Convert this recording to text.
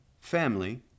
family